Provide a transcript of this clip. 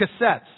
cassettes